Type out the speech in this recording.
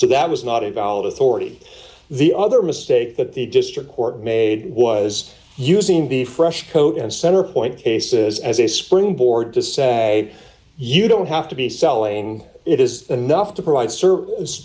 so that was not about authority the other mistake that the district court made was using the fresh coat and centerpoint cases as a springboard to say you don't have to be selling it is enough to provide service